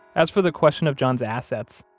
as for the question of john's assets,